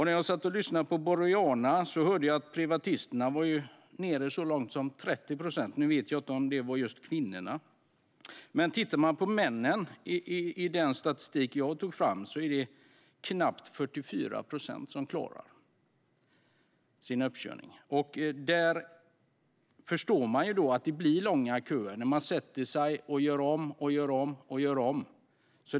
När jag satt och lyssnade på Boriana hörde jag att privatisterna var nere så långt som på 30 procent - nu vet jag inte om det var just kvinnorna. Men man kan titta på männen i den statistik som jag tog fram. Det är knappt 44 procent som klarar uppkörningen. Man förstår att det blir långa köer när de gör om och gör om och gör om.